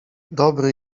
dobry